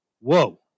Whoa